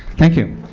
thank you.